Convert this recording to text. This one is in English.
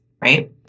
right